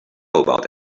about